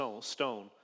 stone